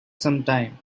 sometime